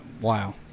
Wow